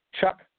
Chuck